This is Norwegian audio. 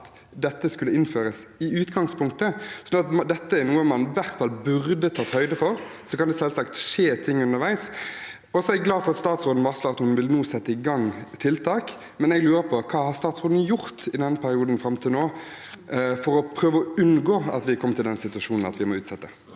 at dette skulle innføres i utgangspunktet. Dette er noe man i hvert fall burde tatt høyde for, og så kan det selvsagt skje ting underveis. Jeg er glad for at statsråden varsler at hun nå vil sette i gang tiltak, men jeg lurer på: Hva har statsråden gjort i denne perioden fram til nå for å prøve å unngå å komme i den situasjonen at vi må utsette?